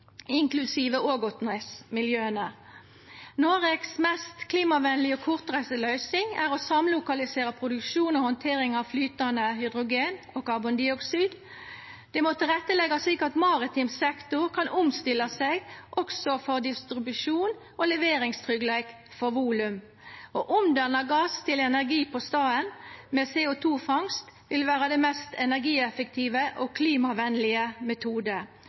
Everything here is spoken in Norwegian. Noregs mest klimavenlege og kortreiste løysing er å samlokalisera produksjon og handtering av flytande hydrogen og karbondioksid. Det må leggjast til rette slik at maritim sektor kan omstilla seg også for distribusjon og leveringstryggleik for volum. Å omdanna gass til energi på staden med CO 2 -fangst vil vera den mest energieffektive og klimavenlege